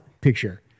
picture